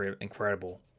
incredible